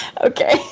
okay